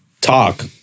talk